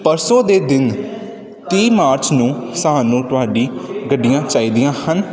ਪਰਸੋਂ ਦੇ ਦਿਨ ਤੀਹ ਮਾਰਚ ਨੂੰ ਸਾਨੂੰ ਤੁਹਾਡੀ ਗੱਡੀਆਂ ਚਾਹੀਦੀਆਂ ਹਨ